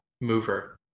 mover